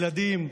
ילדים,